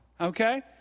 Okay